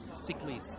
sickly